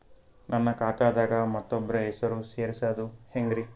ನನ್ನ ಖಾತಾ ದಾಗ ಮತ್ತೋಬ್ರ ಹೆಸರು ಸೆರಸದು ಹೆಂಗ್ರಿ?